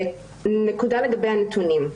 נקודה לגבי הנתונים.